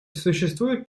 существуют